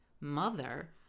mother